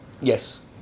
yes